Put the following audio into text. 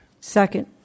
Second